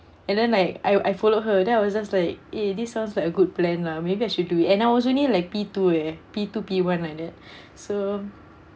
and then like I I followed her then I was just like eh this sounds like a good plan lah maybe I should do it and I was only like P two eh P two P one like that so